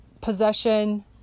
possession